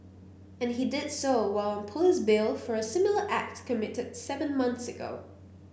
and he did so while police bail for a similar act committed seven month ago